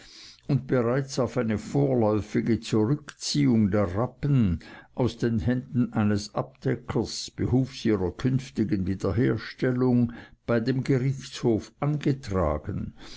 und bereits auf eine vorläufige zurückziehung der rappen aus den händen des abdeckers behufs ihrer künftigen wiederherstellung bei dem gerichtshof angetragen